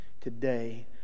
today